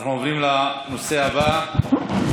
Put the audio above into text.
אנחנו עוברים לנושא הבא.